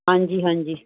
ਹਾਂਜੀ ਹਾਂਜੀ